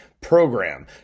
program